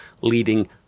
leading